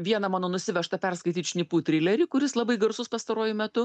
vieną mano nusivežtą perskaityt šnipų trilerį kuris labai garsus pastaruoju metu